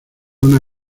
una